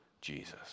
Jesus